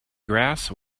grass